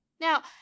Now